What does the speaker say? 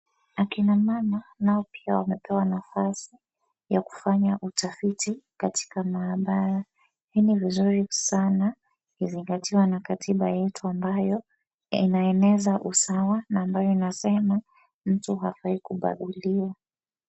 Akina mama, nao pia wamepewa nafasi ya kufanya utafiti katika maabara. Hii ni vizuri sana ikizingatiwa na katiba yetu ambayo inaeneza usawa na ambayo inasema mtu hafai kubaguliwa.